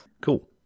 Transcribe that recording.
cool